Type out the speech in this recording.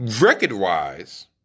record-wise